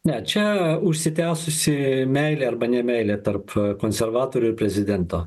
ne čia užsitęsusi meilė arba ne meilė tarp konservatorių ir prezidento